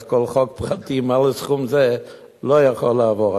כל חוק פרטי מעל סכום זה לא יכול לעבור.